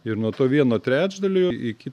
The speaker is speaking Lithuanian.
ir nuo to vieno trečdalio iki